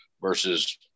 versus